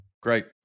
Great